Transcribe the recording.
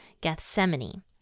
Gethsemane